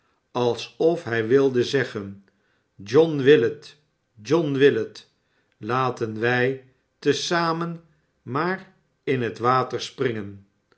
alsof hij wilde zeggen john willet john willet later wij te zamen maar in het water springen